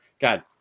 God